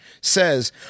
says